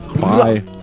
Bye